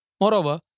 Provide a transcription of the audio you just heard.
Moreover